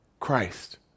Christ